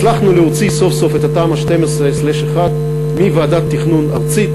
הצלחנו להוציא סוף-סוף את תמ"א 1/12 מוועדת התכנון הארצית,